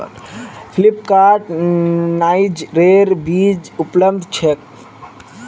फ्लिपकार्टत नाइजरेर बीज उपलब्ध छेक